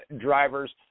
drivers